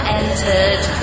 entered